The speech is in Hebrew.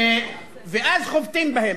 ואז חובטים בהם.